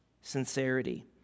sincerity